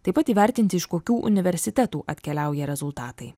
taip pat įvertinti iš kokių universitetų atkeliauja rezultatai